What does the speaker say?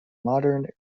modern